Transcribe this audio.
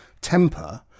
temper